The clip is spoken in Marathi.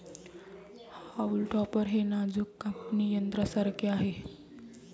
हाऊल टॉपर हे नाजूक कापणी यंत्रासारखे आहे